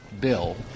bill